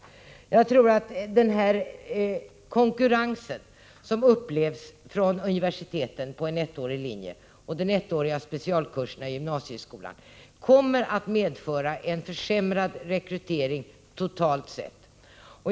Jag tror att den konkurrens som upplevs från en ettårig linje på universiteten och de ettåriga specialkurserna i gymnasieskolan kommer att medföra en försämrad rekrytering totalt sett.